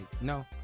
No